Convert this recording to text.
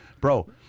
Bro